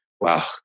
wow